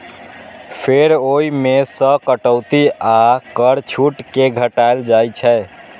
फेर ओइ मे सं कटौती आ कर छूट कें घटाएल जाइ छै